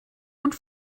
und